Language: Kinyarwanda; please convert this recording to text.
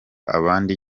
abandi